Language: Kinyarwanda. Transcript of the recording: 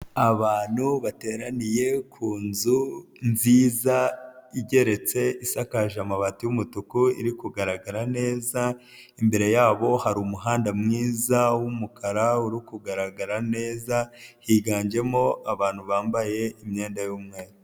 Abantu bateraniye ku nzu nziza igeretse, isakaje amabati y'umutuku iri kugaragara neza, imbere yabo hari umuhanda mwiza w'umukara uri kugaragara neza, higanjemo abantu bambaye imyenda y'umweru.